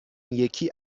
یکی